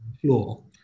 floor